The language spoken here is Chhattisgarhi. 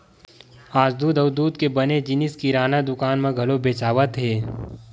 आज दूद अउ दूद के बने जिनिस किराना दुकान म घलो बेचावत हे